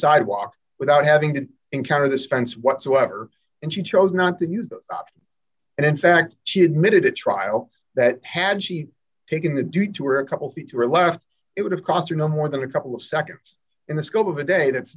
sidewalk without having to encounter this fence whatsoever and she chose not to use the op and in fact she admitted at trial that had she taken the do two or a couple the two were left it would have cost her no more than a couple of seconds in the scope of a day that's